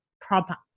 proper